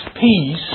peace